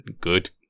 good